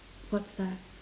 what's that